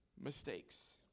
mistakes